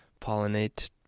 pollinate